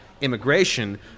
immigration